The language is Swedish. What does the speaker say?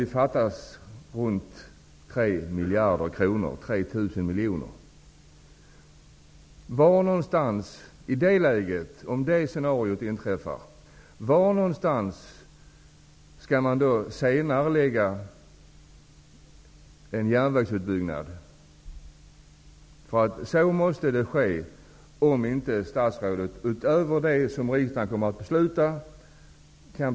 Det fattas runt 3 miljarder kronor -- 3 000 miljoner kronor -- om det scenariot inträffar. Då måste en senareläggning ske, om inte statsrådet kan peka på friska pengar utöver det anslag som riksdagen kommer att besluta om.